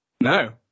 No